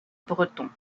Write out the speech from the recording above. breton